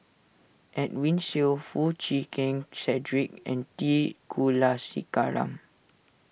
Edwin Siew Foo Chee Keng Cedric and T Kulasekaram